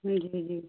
जी जी जी